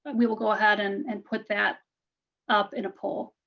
we will go ahead and and put that up in a poll.